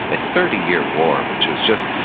a thirty year war, which was just,